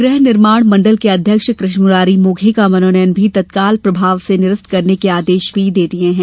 गृह निर्माण मंडल के अध्यक्ष कृष्ण मुरारी मोघे का मनोनयन भी तत्काल प्रभाव से निरस्त करने के आदेश भी दिये गये हैं